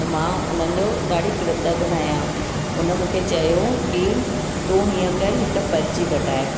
मां उन्हनि जो ॾाढी कृतज्ञनि आहियां उन मूंखे चयो की तूं हीअं कर हिक पर्ची कटाए